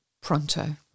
Pronto